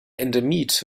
endemit